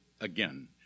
again